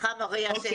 סליחה מריה.